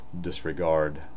disregard